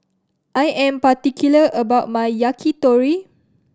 I am particular about my Yakitori